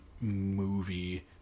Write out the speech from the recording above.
movie